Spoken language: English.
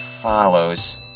follows